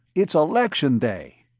it's election day!